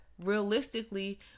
realistically